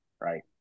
right